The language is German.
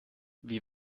wie